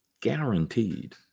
guaranteed